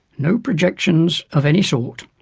no projections of any sort.